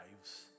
lives